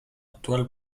actual